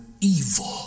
evil